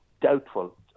doubtful